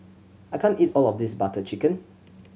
I can't eat all of this Butter Chicken